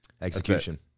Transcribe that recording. Execution